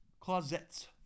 Closets